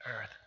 earth